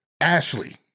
Ashley